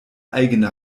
eigene